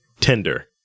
Tender